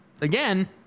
again